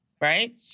right